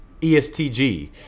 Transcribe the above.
ESTG